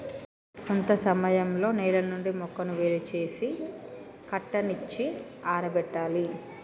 కొంత సమయంలో నేల నుండి మొక్కను ఏరు సేసి కట్టనిచ్చి ఆరబెట్టాలి